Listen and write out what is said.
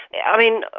i mean,